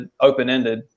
open-ended